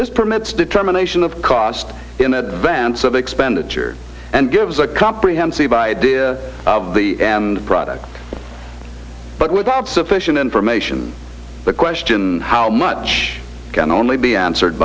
this permits determination of cost in advance of expenditure and gives a comprehensive idea of the end product but without sufficient information the question how much can only be answered